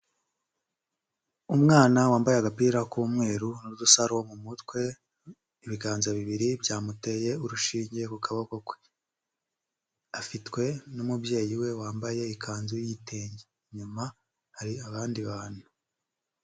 Umwana wambaye agapira k'umweru n'udusaro mu mutwe, ibiganza bibiri byamuteye urushinge ku kaboko kwe, afitwe n'umubyeyi we wambaye ikanzu y'igitenge, inyuma hari abandi bantu.